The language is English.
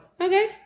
Okay